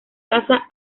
casa